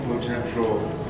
potential